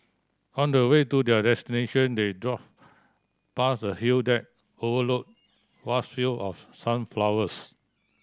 on the way to their destination they drove past a hill that overlook vast field of sunflowers